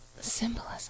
symbolism